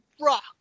Rock